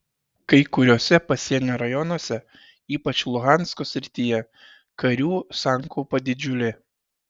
kai kuriuose pasienio rajonuose ypač luhansko srityje karių sankaupa didžiulė